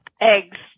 Eggs